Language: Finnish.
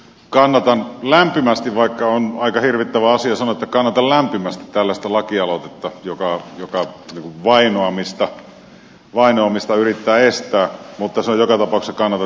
kannatan tätä lämpimästi vaikka on aika hirvittävä asia sanoa että kannatan lämpimästi tällaista laki aloitetta joka vainoamista yrittää estää mutta se on joka tapauksessa kannatettava aloite